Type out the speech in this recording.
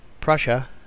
Prussia